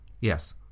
Yes